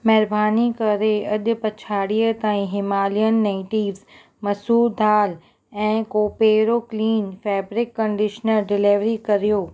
महिरबानी करे अॼु पछाड़ीअ ताईं हिमालयन नेटिव्स मसूर दाल ऐं कोपेरो क्लीन फैब्रिक कंडीशनर डिलीवरी करियो